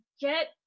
get